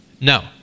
No